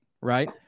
right